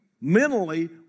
mentally